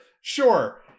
Sure